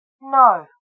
No